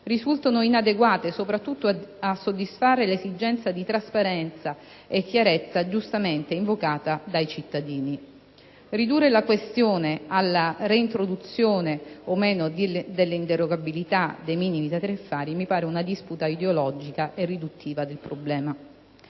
risultano inadeguate soprattutto a soddisfare l'esigenza di trasparenza e di chiarezza giustamente invocata dai cittadini. Ridurre la questione alla reintroduzione o meno dell'inderogabilità dei minimi tariffari mi pare una disputa ideologica e riduttiva del problema.